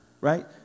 right